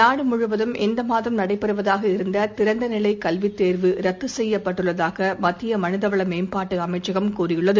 நாடு முழுவதும் இந்த மாதம் நடைபெறுவதாக இருந்த திறந்த நிலைக் கல்வித் தேர்வு ரத்து செய்யப்பட்டுள்ளதாக மனித வள மேம்பாட்டு அமைச்சகம் கூறியுள்ளது